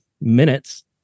minutes